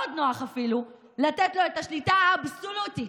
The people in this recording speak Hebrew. מאוד נוח אפילו לתת לו את השליטה האבסולוטית,